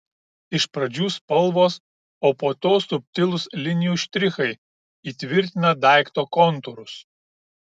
iš pradžių spalvos o po to subtilūs linijų štrichai įtvirtina daikto kontūrus